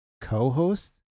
co-host